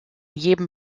jedem